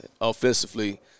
offensively